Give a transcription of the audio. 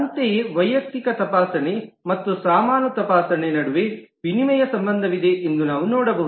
ಅಂತೆಯೇ ವೈಯಕ್ತಿಕ ತಪಾಸಣೆ ಮತ್ತು ಸಾಮಾನು ತಪಾಸಣೆ ನಡುವೆ ವಿನಿಮಯ ಸಂಬಂಧವಿದೆ ಎಂದು ನಾವು ನೋಡಬಹುದು